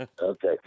Okay